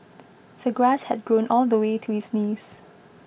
the grass had grown all the way to his knees